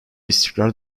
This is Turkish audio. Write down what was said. istikrar